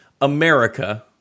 America